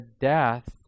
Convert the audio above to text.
death